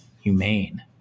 humane